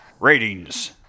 Ratings